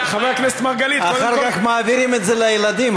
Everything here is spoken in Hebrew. אחר כך מעבירים את זה לילדים,